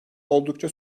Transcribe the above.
oldukça